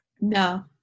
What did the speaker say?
no